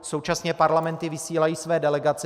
Současně parlamenty vysílají své delegace.